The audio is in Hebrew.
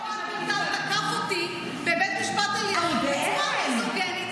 פעם הוא תקף אותי בבית המשפט העליון בצורה מיזוגינית,